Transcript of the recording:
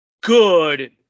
good